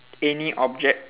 any object